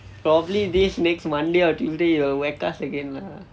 probably this next monday or tuesday he will whack us again lah